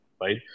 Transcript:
right